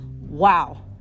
wow